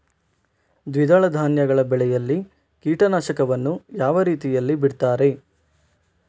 ದ್ವಿದಳ ಧಾನ್ಯಗಳ ಬೆಳೆಯಲ್ಲಿ ಕೀಟನಾಶಕವನ್ನು ಯಾವ ರೀತಿಯಲ್ಲಿ ಬಿಡ್ತಾರೆ?